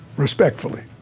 respectfully.